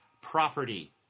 property